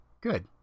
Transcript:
good